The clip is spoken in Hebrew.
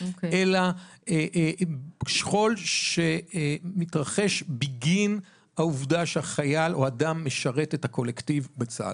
אלא שכול שמתרחש בגין העובדה שהחייל או האדם משרת את הקולקטיב בצה"ל.